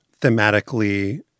thematically